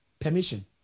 permission